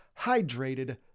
hydrated